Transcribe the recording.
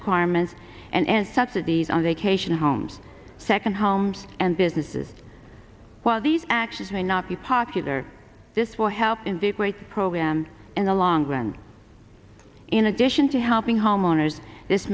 requirements and subsidies on vacation homes second homes and businesses while these actions may not be popular this will help in the great program in the long run in addition to helping homeowners this